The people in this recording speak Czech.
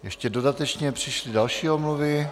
Ještě dodatečně přišly další omluvy.